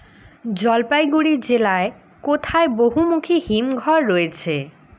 জলপাইগুড়ি জেলায় কোথায় বহুমুখী হিমঘর রয়েছে?